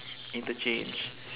interchange